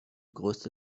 größte